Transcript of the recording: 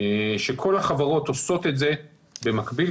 כשכל החברות עושות את זה במקביל,